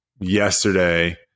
yesterday